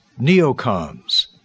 neocons